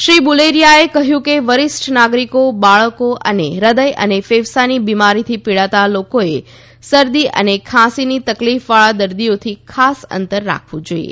શ્રી બુલેરીયાએ કહ્યું કે વરિષ્ટ નાગરિકો બાળકો અને હ્રદય અને ફેફસાંની બિમારીથી પીડાતા લોકોએ સરદી અને ખાંસીની તકલીફવાળા દર્દીઓથી અંતર રાખવું જોઇએ